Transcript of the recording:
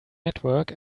network